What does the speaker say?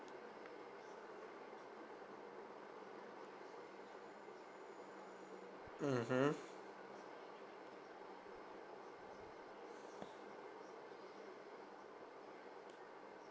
mmhmm mm